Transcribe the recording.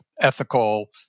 ethical